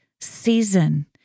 season